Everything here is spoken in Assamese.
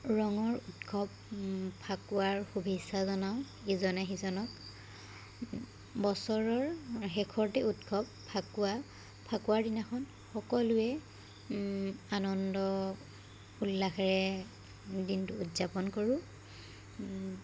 ৰঙৰ উৎসৱ ফাকুৱাৰ শুভেচ্ছা জনাওঁ ইজনে সিজনক বছৰৰ শেষৰটি উৎসৱ ফাকুৱা ফাকুৱাৰ দিনাখন সকলোৱে আনন্দ উল্লাসেৰে দিনটো উদযাপন কৰোঁ